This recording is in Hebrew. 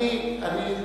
אני,